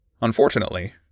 unfortunately